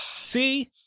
See